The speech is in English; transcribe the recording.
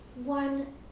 One